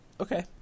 Okay